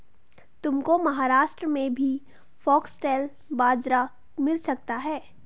तुमको महाराष्ट्र में भी फॉक्सटेल बाजरा मिल सकता है